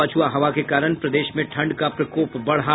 पछुआ हवा के कारण प्रदेश में ठंड का प्रकोप बढ़ा